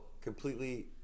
completely